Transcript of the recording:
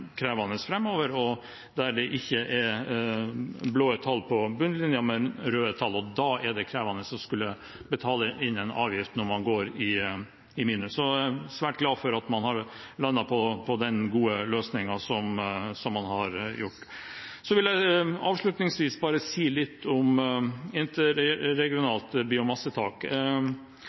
krevende framover, der det ikke er blå tall på bunnlinjen, men røde tall, og det er krevende å skulle betale inn en avgift når man går i minus. Så jeg er svært glad for at man har landet på denne gode løsningen. Jeg vil avslutningsvis bare si litt om